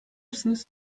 misiniz